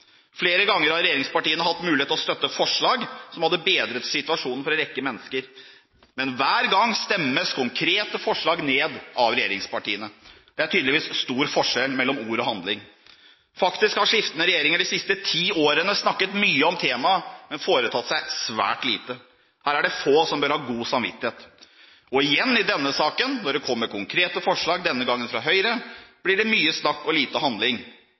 Flere ganger har regjeringspartiene hatt mulighet til å støtte forslag som hadde bedret situasjonen for en rekke mennesker, men hver gang stemmes konkrete forslag ned av regjeringspartiene. Det er tydeligvis stor forskjell mellom ord og handling. Faktisk har skiftende regjeringer de siste ti årene snakket mye om temaet, men foretatt seg svært lite. Her er det få som bør ha god samvittighet. Og igjen, i denne saken: Når det kommer konkrete forslag, denne gangen fra Høyre, blir det mye snakk og lite handling.